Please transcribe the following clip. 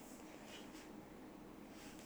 ya I guess that's kinda true lah